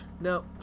No